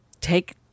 take